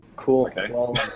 Cool